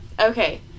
Okay